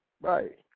Right